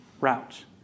route